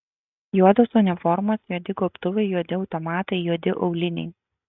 juodos uniformos juodi gobtuvai juodi automatai juodi auliniai